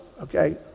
okay